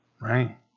right